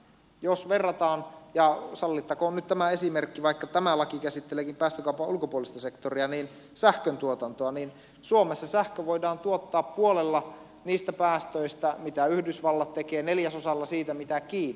jos verrataan ja sallittakoon nyt tämä esimerkki vaikka tämä laki käsitteleekin päästökaupan ulkopuolista sektoria sähköntuotantoa niin suomessa sähkö voidaan tuottaa puolella niistä päästöistä mitä yhdysvallat tekee neljäsosalla siitä mitä kiina